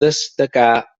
destacà